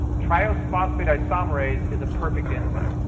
triose phosphate isomerase is a perfect enzyme.